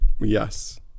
Yes